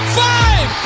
five